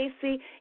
Casey